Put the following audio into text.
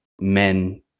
men